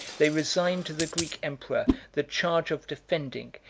they resigned to the greek emperor the charge of defending,